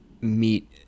meet